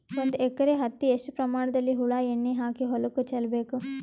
ಒಂದು ಎಕರೆ ಹತ್ತಿ ಎಷ್ಟು ಪ್ರಮಾಣದಲ್ಲಿ ಹುಳ ಎಣ್ಣೆ ಹಾಕಿ ಹೊಲಕ್ಕೆ ಚಲಬೇಕು?